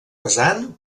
pesant